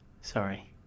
Sorry